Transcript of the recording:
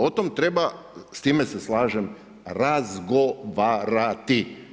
O tom treba, s time se slažem, razgovarati.